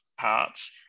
parts